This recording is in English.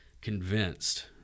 convinced